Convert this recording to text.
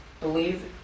believe